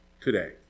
today